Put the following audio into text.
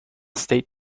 state